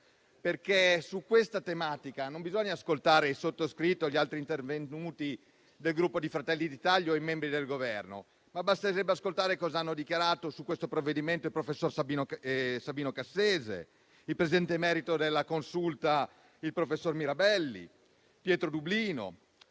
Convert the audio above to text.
onore. Su questa tematica non bisogna ascoltare il sottoscritto o gli altri intervenuti del Gruppo Fratelli d'Italia, o i membri del Governo, ma basterebbe ascoltare cosa hanno dichiarato su questo provvedimento il professor Sabino Cassese, il Presidente emerito della Consulta, il professor Mirabelli, o Pietro Dublino.